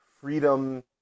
freedom